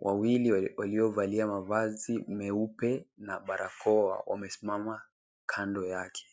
wawili waliovalia mavazi meupe na barakoa wamesimama kando yake.